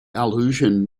allusion